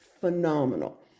phenomenal